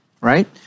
right